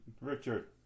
Richard